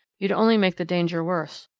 you'd only make the danger worse.